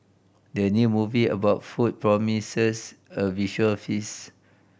the new movie about food promises a visual feast